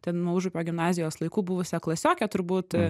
ten nuo užupio gimnazijos laikų buvusią klasiokę turbūt